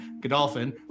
Godolphin